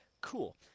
cool